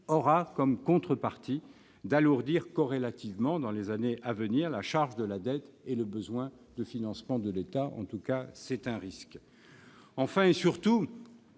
aura comme contrepartie l'alourdissement corrélatif dans les années à venir de la charge de la dette et le besoin de financement de l'État. En tout cas, c'est un risque.